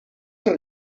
els